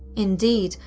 indeed,